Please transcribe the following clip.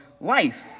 life